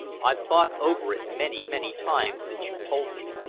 i've thought over it many, many times since you told me,